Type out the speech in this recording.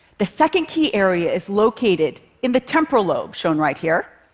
the second key area is located in the temporal lobe, shown right here.